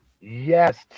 Yes